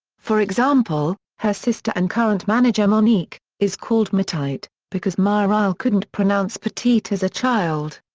for example, her sister and current manager monique, is called matite because mireille couldn't pronounce petite as a child.